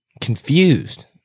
confused